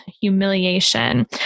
humiliation